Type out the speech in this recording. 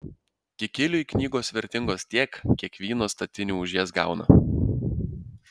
kikiliui knygos vertingos tiek kiek vyno statinių už jas gauna